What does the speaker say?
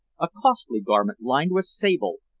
a costly garment lined with sable,